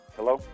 Hello